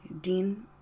Dean